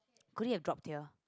could it have dropped here